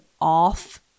off